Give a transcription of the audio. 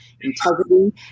integrity